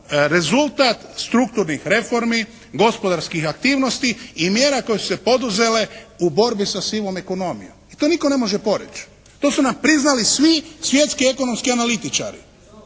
rezultat strukturnih reformi gospodarskih aktivnosti i mjera koje su se poduzele u borbi sa sivom ekonomijom. I to nitko ne može poreć'. To su nam priznali svi svjetski ekonomski analitičari.